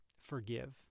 forgive